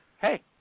hey